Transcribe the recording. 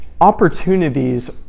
opportunities